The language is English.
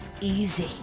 easy